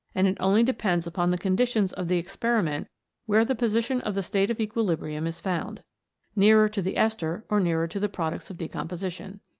and it only depends upon the conditions of the experiment where the position of the state of equilibrium is found nearer to the ester or nearer to the products of decomposition.